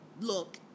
look